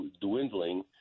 dwindling